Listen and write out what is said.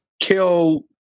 kill